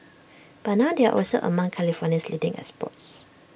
but now they are also among California's leading exports